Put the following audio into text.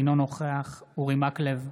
אינו נוכח אורי מקלב,